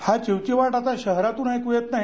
हा चिवचिवाट आता शहरातून ऐकू येत नाही